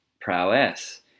prowess